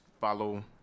follow